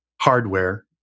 hardware